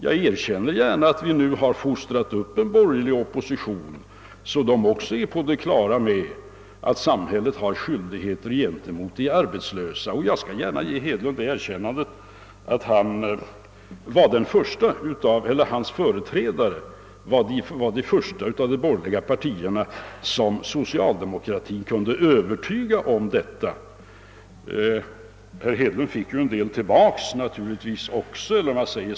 Jag erkänner gärna att vi har fostrat upp en borgerlig opposition, så att även denna nu är på det klara med att samhället har skyldigheter gentemot de arbetslösa. Jag skall gärna ge herr Hedlund det erkännandet, att hans företrädare var de första inom de borgerliga partierna som socialdemokratin kunde övertyga härom.